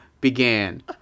began